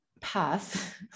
path